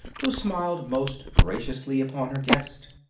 who smiled most graciously upon her guest.